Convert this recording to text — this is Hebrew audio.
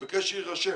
ואני מבקש שיירשם.